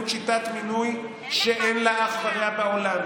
חבר הכנסת יוראי להב הרצנו,